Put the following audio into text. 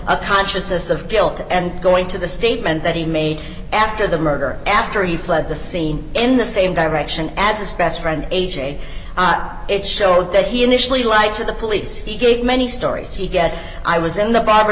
a consciousness of guilt and going to the statement that he made after the murder after he fled the scene in the same direction as the specifier and a j it shows that he initially like to the police he gave many stories he get i was in the barber